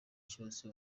cyose